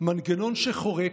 " מנגנון שחורק,